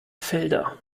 felder